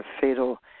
fatal